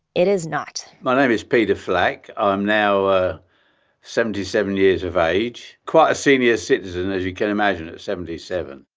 it is not my name is peter flack. i'm now ah seventy seven years of age. quite a senior citizen as you can imagine at seventy seven.